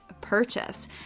purchase